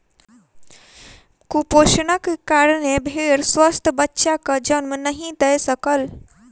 कुपोषणक कारणेँ भेड़ स्वस्थ बच्चाक जन्म नहीं दय सकल